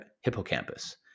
hippocampus